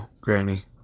Granny